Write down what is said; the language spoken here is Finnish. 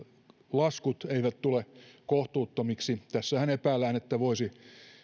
laskut eivät tule kohtuuttomiksi tässähän epäillään että voisi